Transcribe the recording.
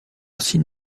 sean